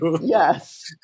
Yes